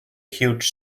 huge